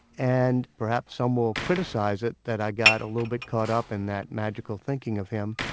and perhaps some will criticize it, that i got a little bit caught up in that magical thinking of him.